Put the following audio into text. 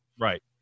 Right